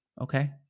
Okay